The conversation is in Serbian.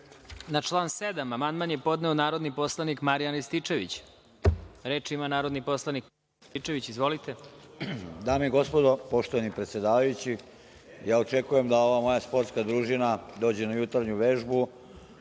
član 7. amandman je podneo narodni poslanik Marijan Rističević. Reč ima narodni poslanik Marijan Rističević. Izvolite. **Marijan Rističević** Dame i gospodo, poštovani predsedavajući, ja očekujem da ova moja sportska družina dođe na jutarnju vežbu,